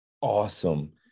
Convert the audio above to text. awesome